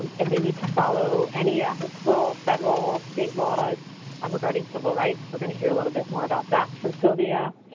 and they need to follow any applicable federal state laws um regarding civil rights. we're going to hear a little bit more about that from silvia.